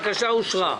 הבקשה אושרה.